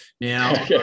Now